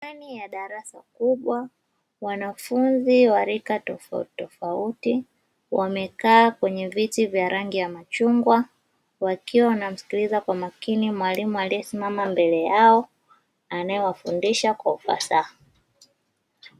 Ndani ya darasa kubwa wanafunzi wa rika tofauti tofauti wamekaa kwenye viti vya rangi ya machungwa, wakiwa wanamsikiliza kwa makini mwalimu aliyesimama mbele yao anayewafundisha kwa ufasaha.